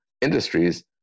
industries